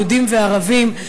יהודים וערבים.